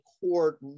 court